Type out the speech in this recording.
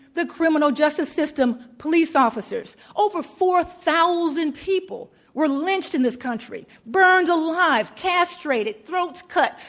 the criminal justice system, police officers. over four thousand people were lynched in this country, burned alive, castrated, throats cut,